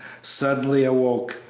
suddenly awoke,